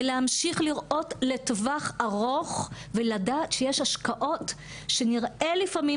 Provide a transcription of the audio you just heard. ולהמשיך לראות לטווח ארוך ולדעת שיש השקעות שנראה לפעמים